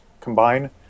combine